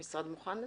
המשרד מוכן לזה?